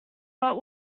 but